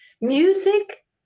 Music